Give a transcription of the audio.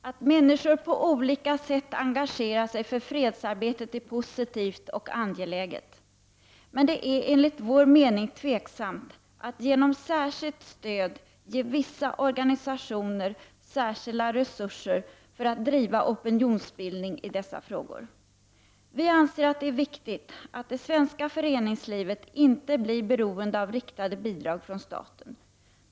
Att människor på olika sätt engagerar sig för fredsarbetet är positivt och angeläget, men det är enligt vår mening tveksamt att genom särskilt stöd ge vissa organisationer särskilda resurser för att driva opinionsbildning i dessa frågor. Vi anser att det är viktigt att det svenska föreningslivet inte blir beroende av riktade bidrag från staten.